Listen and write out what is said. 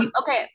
Okay